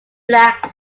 black